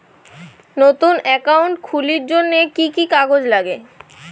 নতুন একাউন্ট খুলির জন্যে কি কি কাগজ নাগে?